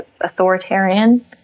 authoritarian